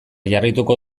jarraituko